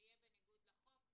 זה יהיה בניגוד לחוק.